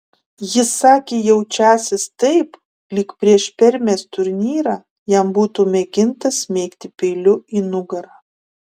jis sakė jaučiąsis taip lyg prieš permės turnyrą jam būtų mėginta smeigti peiliu į nugarą